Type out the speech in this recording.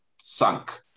sunk